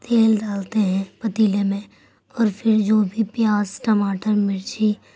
تیل ڈالتے ہیں پتیلے میں اور پھر جو بھی پیاز ٹماٹر مرچی